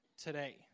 Today